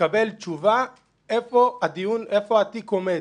לקבל תשובה איפה התיק עומד.